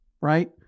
right